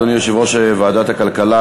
אדוני יושב-ראש ועדת הכלכלה,